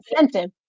incentive